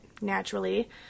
naturally